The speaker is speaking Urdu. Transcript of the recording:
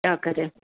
کیا کریں